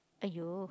!aiyo!